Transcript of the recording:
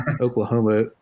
Oklahoma